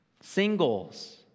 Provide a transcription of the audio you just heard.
singles